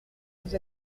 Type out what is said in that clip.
vous